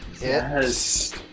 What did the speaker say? Yes